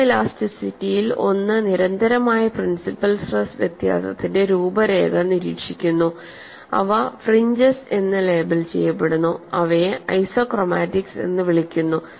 ഫോട്ടോഇലാസ്റ്റിറ്റിയിൽ ഒന്ന് നിരന്തരമായ principal stress വ്യത്യാസത്തിന്റെ രൂപരേഖ നിരീക്ഷിക്കുന്നു അവ ഫ്രിഞ്ചെസ് എന്ന് ലേബൽ ചെയ്യപ്പെടുന്നു ഇവയെ ഐസോക്രോമാറ്റിക്സ് എന്ന് വിളിക്കുന്നു